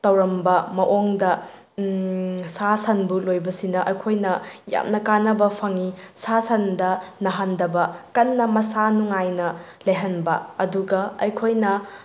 ꯇꯧꯔꯝꯕ ꯃꯑꯣꯡꯗ ꯁꯥ ꯁꯟꯕꯨ ꯂꯣꯏꯕꯁꯤꯅ ꯑꯩꯈꯣꯏꯅ ꯌꯥꯝꯅ ꯀꯥꯟꯅꯕ ꯐꯪꯉꯤ ꯁꯥ ꯁꯟꯗ ꯅꯥꯍꯟꯗꯕ ꯀꯟꯅ ꯃꯁꯥ ꯅꯨꯡꯉꯥꯏꯅ ꯂꯩꯍꯟꯕ ꯑꯗꯨꯒ ꯑꯩꯈꯣꯏꯅ